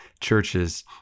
churches